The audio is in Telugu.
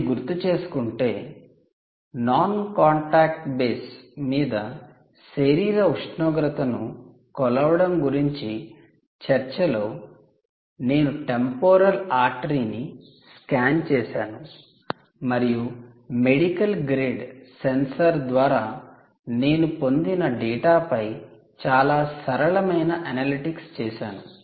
మీరు గుర్తుచేసుకుంటే నాన్ కాంటాక్ట్ బేస్ మీద శరీర ఉష్ణోగ్రతను కొలవడం గురించి చర్చ లో నేను టెంపొరల్ ఆర్టెరీ ని స్కాన్ చేసాను మరియు మెడికల్ గ్రేడ్ సెన్సార్ ద్వారా నేను పొందిన డేటాపై చాలా సరళమైన అనలిటిక్స్ చేసాను